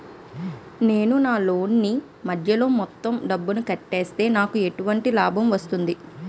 నేను నా లోన్ నీ మధ్యలో మొత్తం డబ్బును కట్టేస్తే నాకు ఎటువంటి లాభం వస్తుంది?